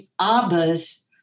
Abba's